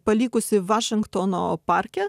palikusi vašingtono parke